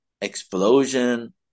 explosion